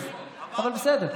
אבל בסדר.